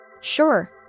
Sure